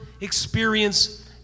experience